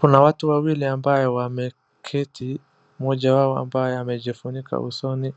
Kuna watu wawili ambaye wameketi mmoja wao ambaye amejifunika usoni